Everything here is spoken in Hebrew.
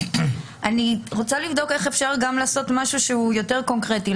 אני רוצה לבדוק איך אפשר גם לעשות משהו שהוא יותר קונקרטי.